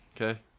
okay